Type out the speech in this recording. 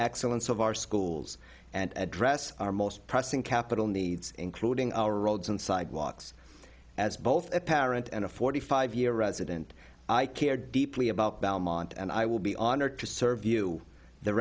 excellence of our schools and address our most pressing capital needs including our roads and sidewalks as both a parent and a forty five year resident i care deeply about belmont and i will be honored to serve you the